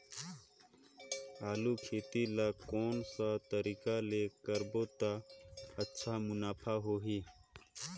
आलू खेती ला कोन सा तरीका ले करबो त अच्छा मुनाफा होही?